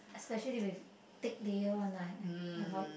especially with thick layer one I I avoid